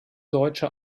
deutsche